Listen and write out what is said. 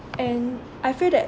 and I feel that